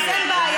אז אין בעיה,